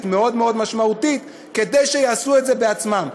מאוד מאוד משמעותית כדי שיעשו את זה בעצמן.